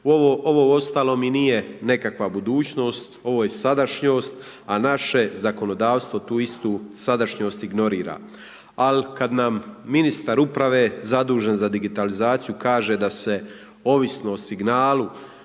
Ovo ostalo mi nije nekakva budućnost, ovo je sadašnjost, a naše zakonodavstvo tu istu sadašnjost ignorira. Ali kad na Ministar uprave zadužen za digitalizaciju kaže da se ovisno o signalu